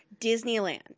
Disneyland